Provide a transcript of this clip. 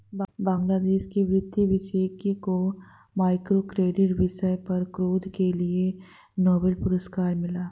बांग्लादेश के वित्त विशेषज्ञ को माइक्रो क्रेडिट विषय पर शोध के लिए नोबेल पुरस्कार मिला